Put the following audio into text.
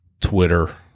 Twitter